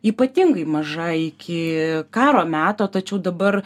ypatingai maža iki karo meto tačiau dabar